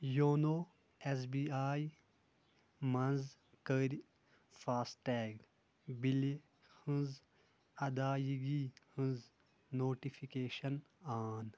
YONO S B I منٛز کَر FASTag بِلہِ ہٕنٛز ادٲیگی ہٕنٛز نوٹفکیشن آن